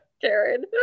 Karen